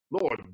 Lord